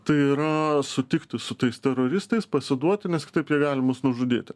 tai yra sutikti su tais teroristais pasiduoti nes kitaip jie gali mus nužudyti